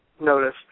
notice